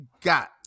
got